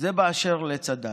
זה, באשר לצד"ל.